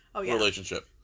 relationship